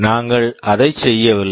நாங்கள் அதைச் செய்யவில்லை